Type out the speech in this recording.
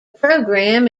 program